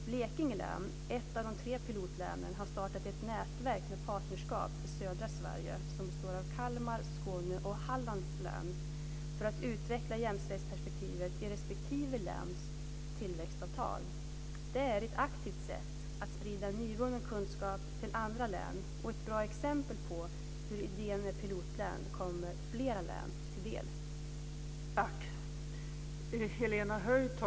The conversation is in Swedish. Blekinge län, ett av de tre pilotlänen, har startat ett nätverk med partnerskap i södra Sverige, som består av Kalmar, Skåne och Hallands län, för att utveckla jämställdhetsperspektivet i respektive läns tillväxtavtal. Det är ett aktivt sätt att sprida nyvunnen kunskap till andra län och ett bra exempel på hur idén med pilotlän kommer flera län till del.